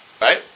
Right